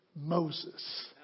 Moses